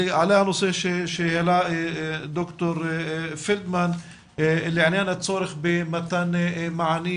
גם עלה הנושא שהעלה ד"ר פלדמן לעניין הצורך במתן מענים